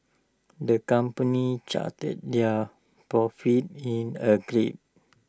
the company charted their profits in A